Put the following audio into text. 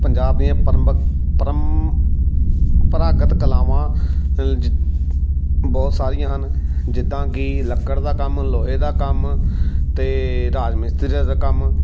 ਪੰਜਾਬ ਦੀਆਂ ਪਰੰਪਗ ਪਰੰਮ ਪਰਾਗਤ ਕਲਾਵਾਂ ਬਹੁਤ ਸਾਰੀਆਂ ਹਨ ਜਿੱਦਾਂ ਕਿ ਲੱਕੜ ਦਾ ਕੰਮ ਲੋਹੇ ਦਾ ਕੰਮ ਅਤੇ ਰਾਜ ਮਿਸਤਰੀ ਦਾ ਕੰਮ